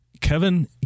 Kevin